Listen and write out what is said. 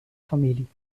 familie